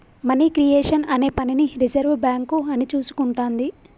money creation అనే పనిని reserve bank అని చూసుకుంటాది